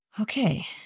Okay